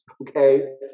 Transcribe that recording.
Okay